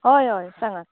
हय हय सांगां